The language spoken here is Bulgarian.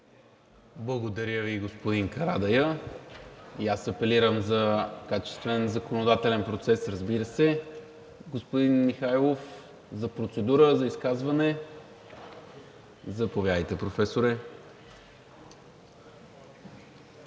Благодаря Ви, господин Карадайъ. И аз апелирам за качествен законодателен процес, разбира се. Господин Михайлов, за процедура, за изказване? Заповядайте, Професоре.